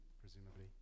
presumably